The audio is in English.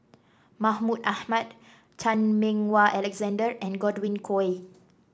Mahmud Ahmad Chan Meng Wah Alexander and Godwin Koay